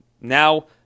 Now